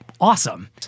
awesome